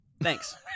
Thanks